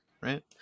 Right